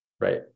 Right